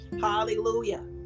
Hallelujah